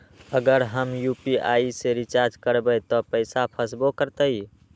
अगर हम यू.पी.आई से रिचार्ज करबै त पैसा फसबो करतई?